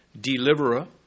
deliverer